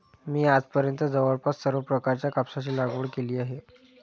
मी आजपर्यंत जवळपास सर्व प्रकारच्या कापसाची लागवड केली आहे